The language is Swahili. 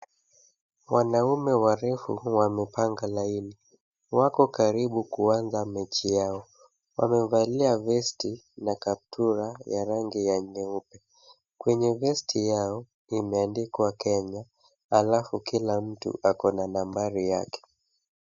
Wanaume warefu wamepanga line . Wako karibu kuanza mechi yao. Wamevalia vest na kaptura ya rangi ya nyeupe. Kwenye vest yao, imeandikwa Kenya, alafu kila mtu ako na nambari yake.